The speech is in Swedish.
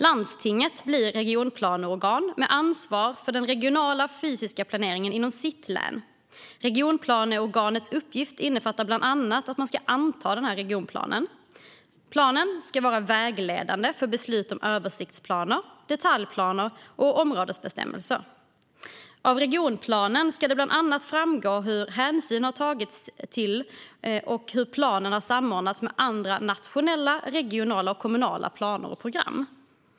Landstinget blir regionplaneorgan med ansvar för den regionala fysiska planeringen inom sitt län. Regionplaneorganets uppgifter innefattar bland annat att man ska anta regionplanen. Planen ska vara vägledande för beslut om översiktsplaner, detaljplaner och områdesbestämmelser. Av regionplanen ska det bland annat framgå hur hänsyn har tagits till och hur planen har samordnats med andra nationella, regionala och kommunala planer och program.